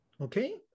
Okay